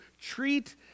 treat